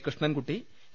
Krishnankutty A